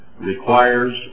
requires